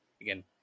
again